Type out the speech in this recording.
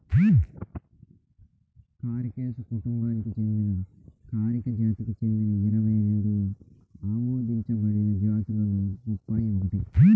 కారికేసి కుటుంబానికి చెందిన కారికా జాతికి చెందిన ఇరవై రెండు ఆమోదించబడిన జాతులలో బొప్పాయి ఒకటి